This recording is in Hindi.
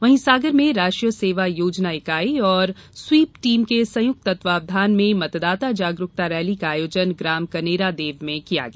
वहीं सागर में राष्ट्रीय सेवा योजना इकाई एवं स्वीप टीम के संयुक्त तत्वावधान में मतदाता जागरुकता रैली का आयोजन ग्राम कनेरा देव में किया गया